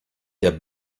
der